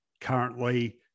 currently